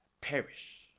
perish